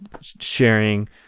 sharing